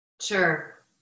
Sure